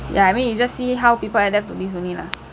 ya I mean you just see how people adapt to this only lah